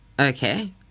okay